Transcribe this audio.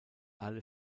alle